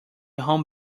home